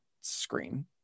screen